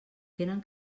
tenen